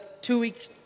two-week